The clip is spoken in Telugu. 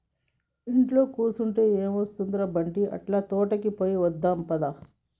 ఇంట్లో కుసంటే ఎం ఒస్తది ర బంటీ, అట్లా తోటకి పోయి వద్దాం పద